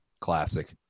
classic